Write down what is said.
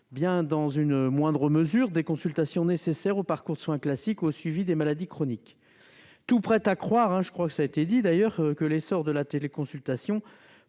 dans une moindre mesure, des consultations nécessaires aux parcours de soins classiques ou au suivi des maladies chroniques. Tout prête à croire- cela a été dit -que l'essor de la téléconsultation,